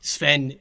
Sven